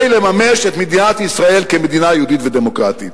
לממש את מדינת ישראל כמדינה יהודית ודמוקרטית.